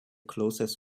closest